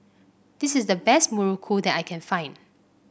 this is the best muruku that I can find